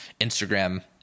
Instagram